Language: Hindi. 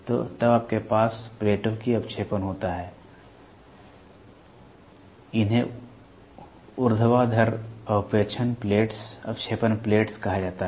तो तब आपके पास प्लेटों की अवक्षेपण होता है इन्हें ऊर्ध्वाधर अवक्षेपण प्लेट्स कहा जाता है